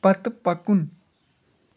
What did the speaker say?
پتہٕ پکُن